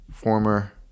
Former